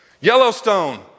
Yellowstone